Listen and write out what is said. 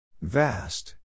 Vast